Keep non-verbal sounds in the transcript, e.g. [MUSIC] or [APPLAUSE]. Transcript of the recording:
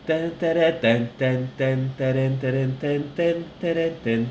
[NOISE]